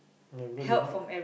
ya because you're not